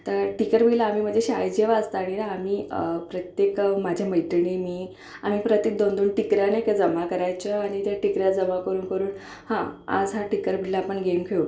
तर टिक्कर विल्ला आम्ही माझ्या शाळेत जेव्हा असताना ना आम्ही प्रत्येक माझ्या मैत्रिणी मी आम्ही प्रत्येक दोन दोन टीकरं नाही का जमा करायचो आणि त्या टिकऱ्या जमा करून करून हां आज हा टिक्कर विल्ला आपण गेम खेळू